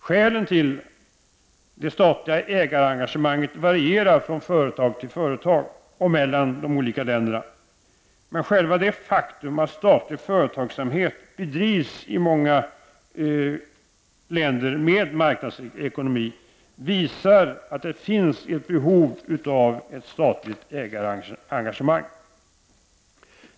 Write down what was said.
Skälen till det statliga ägarengagemanget varierar från företag till företag och mellan de olika länderna. Själva det faktum att statlig företagsamhet bedrivs i många länder med marknadsekonomi visar att det finns ett behov av ett statligt ägarengagemang.